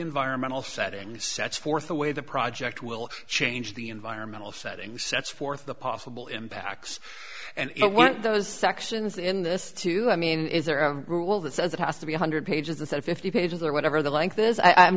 environmental settings sets forth the way the project will change the environmental settings sets forth the possible impacts and what those sections in this too i mean is there a rule that says it has to be one hundred pages instead of fifty pages or whatever they like this i